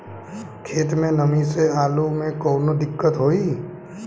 खेत मे नमी स आलू मे कऊनो दिक्कत होई?